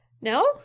No